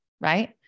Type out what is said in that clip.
Right